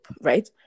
right